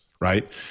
right